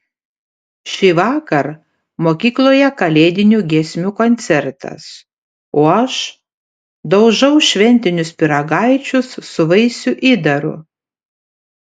šįvakar mokykloje kalėdinių giesmių koncertas o aš daužau šventinius pyragaičius su vaisių įdaru